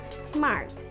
SMART